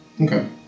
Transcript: Okay